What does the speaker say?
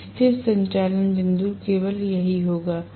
तो स्थिर संचालन बिंदु केवल यही होगा